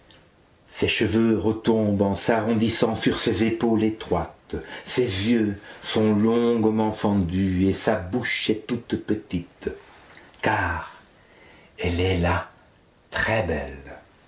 ses cheveux retombent et s'arrondissent sur ses épaules étroites ses yeux sont longuement fendus et sa bouche est toute petite car elle est la